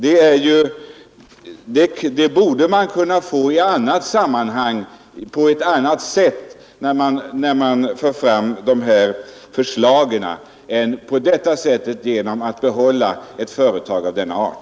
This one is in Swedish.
Det borde man kunna få i ett annat sammanhang och på ett annat sätt än genom att utbygga ett företag av denna art.